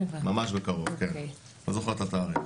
לא זוכר את התאריך.